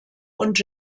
und